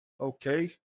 okay